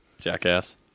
Jackass